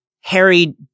Harry